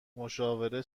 مشاوره